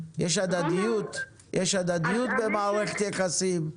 יש הדדיות במערכת יחסים.